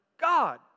God